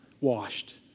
washed